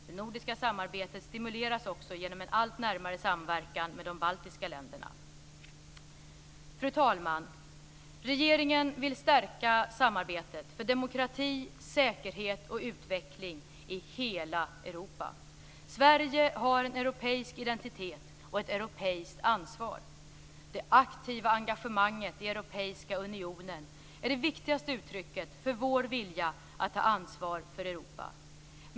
Det nordiska samarbetet stimuleras också genom en allt närmare samverkan med de baltiska länderna. Fru talman! Regeringen vill stärka samarbetet för demokrati, säkerhet och utveckling i hela Europa. Sverige har en europeisk identitet och ett europeiskt ansvar. Det aktiva engagemanget i Europeiska unionen är det viktigaste uttrycket för vår vilja att ta ansvar för Europa.